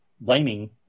blaming